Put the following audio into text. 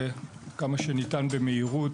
עד כמה שניתן במהירות,